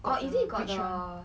or is it got the